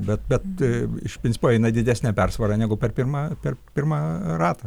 bet bet iš principo eina didesne persvara negu per pirmą per pirmą ratą